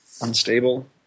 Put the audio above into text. unstable